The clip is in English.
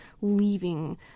leaving